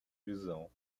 visão